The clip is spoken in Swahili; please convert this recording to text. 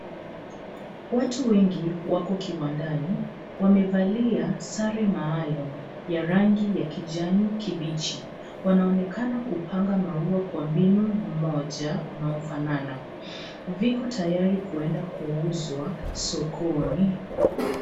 Watu wengi wako kiwandani, wamevalia sare maalum ya rangi ya kijani kibichi. Wanaonekana kupanga maua kwa mbinu moja unaofanana. Viko tayari kwenda kuuzwa sokoni.